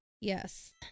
Yes